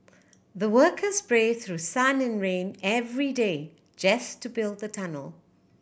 the workers braved through sun and rain every day just to build the tunnel